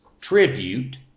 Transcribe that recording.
tribute